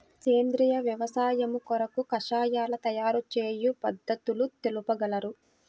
సేంద్రియ వ్యవసాయము కొరకు కషాయాల తయారు చేయు పద్ధతులు తెలుపగలరు?